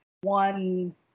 one